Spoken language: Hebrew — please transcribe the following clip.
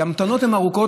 כשההמתנות הן ארוכות,